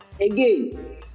again